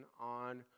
on